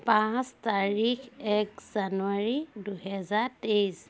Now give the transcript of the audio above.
পাঁচ তাৰিখ এক জানুৱাৰী দুহেজাৰ তেইছ